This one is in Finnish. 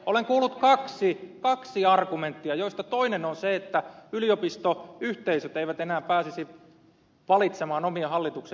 olen kuullut kaksi argumenttia joista toinen on se että yliopistoyhteisöt eivät enää pääsisi valitsemaan omia hallituksen jäseniään